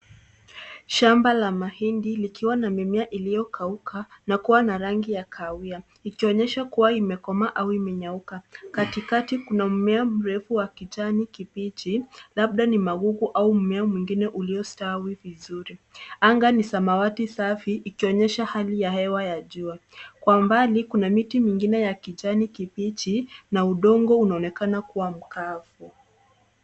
Shamba la mahindi likiwa na mimea iliyokauka na kuwa na rangi ya kahawia ikionyesha kuwa imekomaa au imenyauka .Katikati kuna mmea mrefu wa kijani kibichi labda ni magugu au mmea mwingine uliostawi vizuri .Angaa ni samawati safi ikionyesha hali ya hewa ya jua ,kwa mbali kuna miti mingine ya kijani kibichi na udongo unaonekana kuwa mkavu.